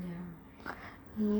ya